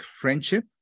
friendship